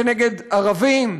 כנגד ערבים.